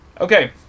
Okay